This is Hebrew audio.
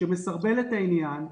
שמסרבל את העניין.